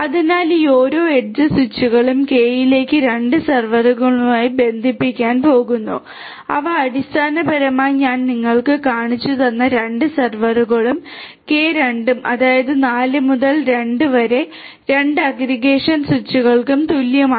അതിനാൽ ഈ ഓരോ എഡ്ജ് സ്വിച്ചുകളും k ലേക്ക് 2 സെർവറുകളുമായി ബന്ധിപ്പിക്കാൻ പോകുന്നു അവ അടിസ്ഥാനപരമായി ഞാൻ നിങ്ങൾക്ക് കാണിച്ചുതന്ന 2 സെർവറുകളും k 2 ഉം അതായത് 4 മുതൽ 2 വരെ 2 അഗ്രഗേഷൻ സ്വിച്ചുകൾക്ക് തുല്യമാണ്